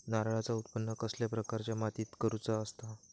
नारळाचा उत्त्पन कसल्या प्रकारच्या मातीत करूचा असता?